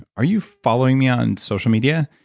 are you following me on social media?